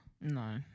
No